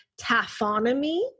taphonomy